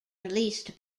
released